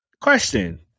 question